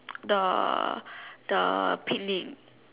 the the picnic